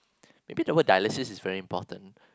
maybe the word dialysis is very important